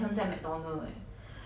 what McDonald's